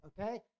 okay